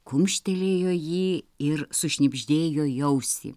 kumštelėjo jį ir sušnibždėjo į ausį